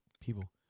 people